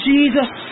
Jesus